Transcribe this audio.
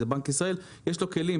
זה בנק ישראל יש לו כלים,